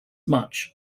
much